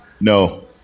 No